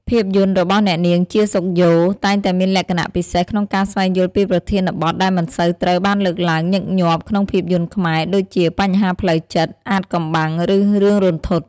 ភាពយន្តរបស់អ្នកនាង ជា សុខយ៉ូ តែងតែមានលក្ខណៈពិសេសក្នុងការស្វែងយល់ពីប្រធានបទដែលមិនសូវត្រូវបានលើកឡើងញឹកញាប់ក្នុងភាពយន្តខ្មែរដូចជា បញ្ហាផ្លូវចិត្ត អាថ៌កំបាំង ឬរឿងរន្ធត់។